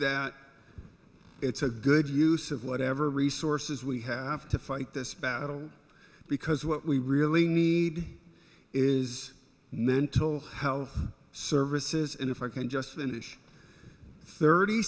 that it's a good use of whatever resources we have to fight this battle because what we really need is mental health services and if i can just finish thirty